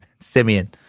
Simeon